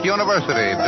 University